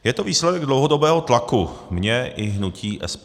Je to výsledek dlouhodobého tlaku mého i hnutí SPD.